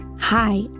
Hi